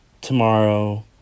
tomorrow